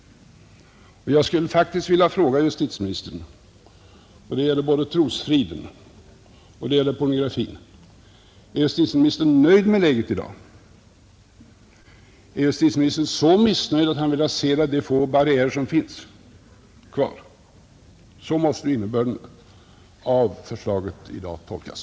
Jag skulle faktiskt vilja fråga justitieministern — det gäller både trosfrid och pornografi: Är justitieministern nöjd med läget i dag? Är justitieministern så missnöjd att han vill rasera de få barriärer som finns kvar? Så måste innebörden av förslaget i dag tolkas.